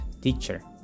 teacher